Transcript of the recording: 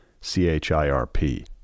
C-H-I-R-P